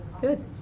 Good